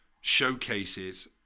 showcases